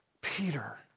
Peter